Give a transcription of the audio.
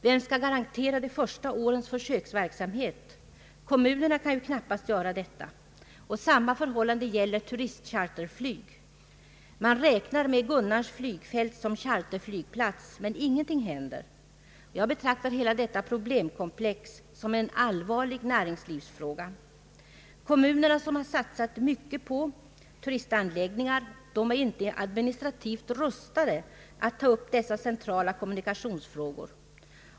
Vem skall garantera de första årens försöksverksamhet? Kommunerna kan ju knappast göra detta. Detsamma gäller turistcharterflyg. Man räknar med Gunnarns flygfält som charterflygplats. Men ingenting händer. Jag betraktar hela detta problemkomplex som en allvarlig näringslivsfråga. Kommunerna, som har satsat mycket på turistanläggningar, är inte administrativt rustade att ta upp dessa centrala kommunikationsfrågor.